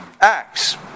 Acts